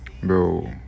bro